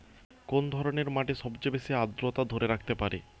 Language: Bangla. কোন ধরনের মাটি সবচেয়ে বেশি আর্দ্রতা ধরে রাখতে পারে?